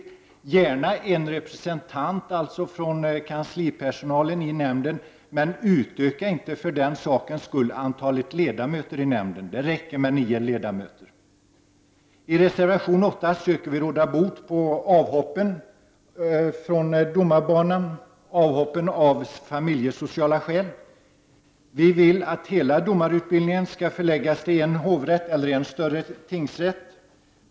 Vi ser alltså gärna en representant för kanslipersonalen i nämnden. Men utöka inte för den skull antalet ledamöter i nämnden! Det räcker, som sagt, med nio ledamöter. Med reservation 8 söker vi råda bot på de avhopp från domarbanan bakom vilka det finns familjesociala skäl. Vi vill att hela domarutbildningen skall förläggas till en hovrätt eller till en större tingsrätt.